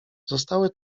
zostały